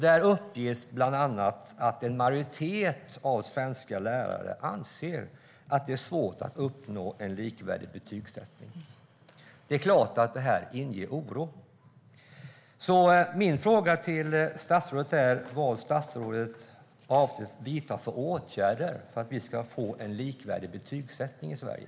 Där uppges bland annat att en majoritet av svenska lärare anser att det är svårt att uppnå en likvärdig betygsättning. Det är klart att det inger oro. Vad avser statsrådet att vidta för åtgärder för att vi ska få en likvärdig betygsättning i Sverige?